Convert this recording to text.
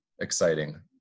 exciting